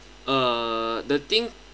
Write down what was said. uh the thing